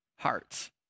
Hearts